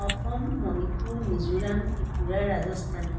Assam Manipur Mizoram Tripura Rajasthan